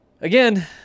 again